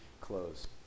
close